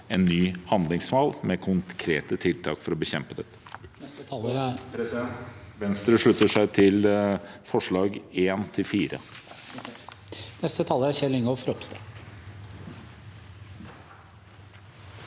en ny handlingsplan med konkrete tiltak for å bekjempe dette. Venstre slutter seg til forslagene